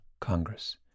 Congress